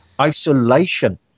isolation